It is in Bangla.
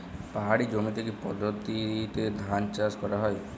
পাহাড়ী জমিতে কি পদ্ধতিতে ধান চাষ করা যায়?